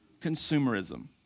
consumerism